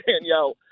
Danielle